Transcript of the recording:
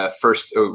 first